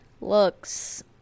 looks